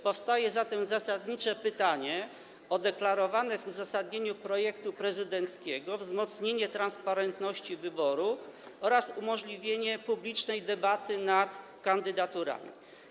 Powstaje zatem zasadnicze pytanie o deklarowane w uzasadnieniu projektu prezydenckiego wzmocnienie transparentności wyboru oraz umożliwienie publicznej debaty nad kandydaturami.